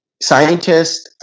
Scientists